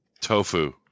Tofu